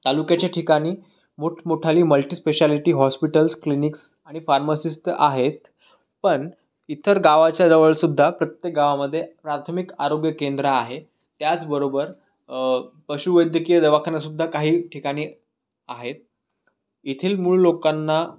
तालुक्याच्या ठिकाणी मोठमोठाली मल्टीस्पेशालिटी हॉस्पिटल्स क्लिनिक्स आणि फार्मसीस आहेत पण इतर गावाच्या जवळ सुद्धा प्रत्येक गावामध्ये प्राथमिक आरोग्य केंद्र आहे त्याचबरोबर पशुवैद्यकीय दवाखाना सुद्धा काही ठिकाणी आहेत येथील मूळ लोकांना